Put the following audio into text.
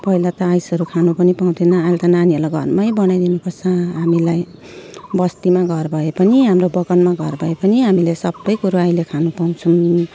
पहिला त आइसहरू खानु पनि पाउँथेन अहिले त नानीहरूलाई घरमै बनाइदिनु पर्छ हामीलाई बस्तीमा घर भए पनि हाम्रो बगानमा घर भए पनि हामीले सबै कुरो अहिले खानु पाउँछौँ